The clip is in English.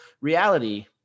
reality